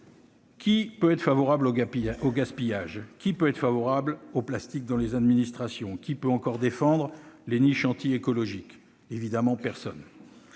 qui peut être favorable au gaspillage ou à l'utilisation du plastique dans les administrations ? Qui peut encore défendre les niches anti-écologiques ? Évidemment, personne.